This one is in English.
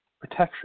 protection